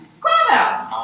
Clubhouse